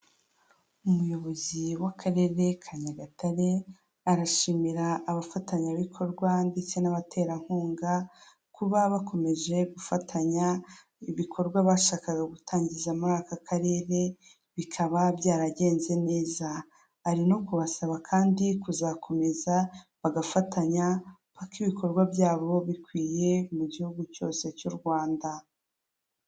Umuyobozi w'akarere ka Nyagatare arashimira abafatanyabikorwa ndetse n'abaterankunga kuba bakomeje gufatanya ibikorwa bashakaga gutangiza muri aka karere, bikaba byaragenze neza. Ari no kubasaba kandi kuzakomeza bagafatanya mpaka ibikorwa byabo bikwiye mu gihugu cyose cy'u Rwanda.